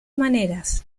maneras